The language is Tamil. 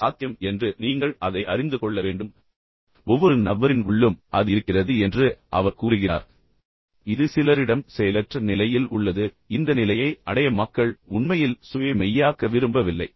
அது சாத்தியம் என்று நீங்கள் அதை அறிந்து கொள்ள வேண்டும் ஏனென்றால் ஒவ்வொரு நபரின் உள்ளும் அது இருக்கிறது என்று அவர் கூறுகிறார் இது சிலரிடம் செயலற்ற நிலையில் உள்ளது இந்த நிலையை அடைய மக்கள் உண்மையில் சுய மெய்யாக்க விரும்பவில்லை